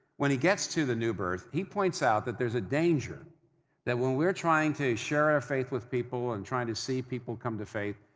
when he gets to the new birth, he points out that there's a danger that, when we're trying to share our faith with people and trying to see people come to faith,